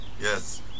Yes